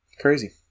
Crazy